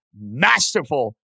masterful